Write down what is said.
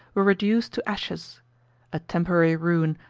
were reduced to ashes a temporary ruin,